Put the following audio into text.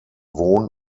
wohn